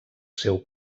seu